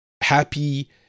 happy